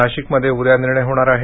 नाशिकमध्ये उद्या निर्णय होणार आहे